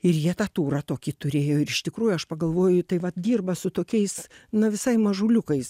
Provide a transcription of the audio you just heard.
ir jie tą turą tokį turėjo ir iš tikrųjų aš pagalvoju tai vat dirba su tokiais na visai mažuliukais